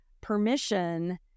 permission